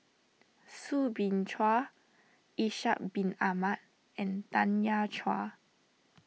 Soo Bin Chua Ishak Bin Ahmad and Tanya Chua